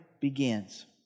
begins